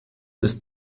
ist